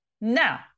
Now